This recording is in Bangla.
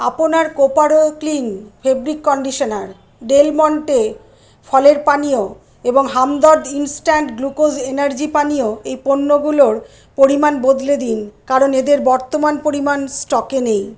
আপনার Koparo clean fabric conditioner Del Monte ফলের পানীয় এবং হামদর্দ ইনস্ট্যান্ট গ্লুকোজ এনার্জি পানীয় এই পণ্যগুলোর পরিমাণ বদলে দিন কারণ এদের বর্তমান পরিমাণ স্টকে নেই